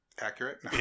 accurate